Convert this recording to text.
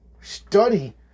study